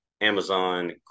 Amazon